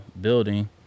building